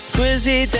Quizzy